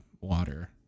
water